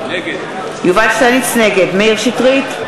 נגד מאיר שטרית,